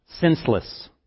Senseless